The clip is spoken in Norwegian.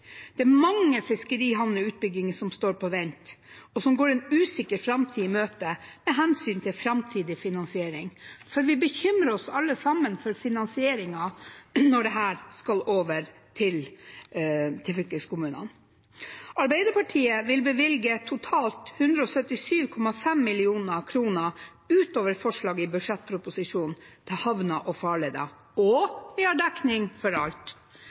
er mange fiskerihavneutbygginger som står på vent, og som går en usikker framtid i møte med hensyn til framtidig finansiering. Vi bekymrer oss alle sammen for finansieringen når dette skal over til fylkeskommunene. Arbeiderpartiet vil bevilge totalt 177,5 mill. kr utover forslaget i budsjettproposisjonen til havner og farleder, og vi har dekning for alt.